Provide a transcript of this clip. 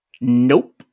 Nope